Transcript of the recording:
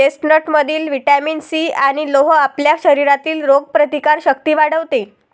चेस्टनटमधील vitamin C आणि लोह आपल्या शरीरातील रोगप्रतिकारक शक्ती वाढवते